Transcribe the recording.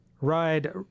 Ride